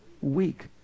Weak